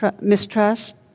mistrust